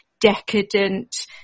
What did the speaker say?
decadent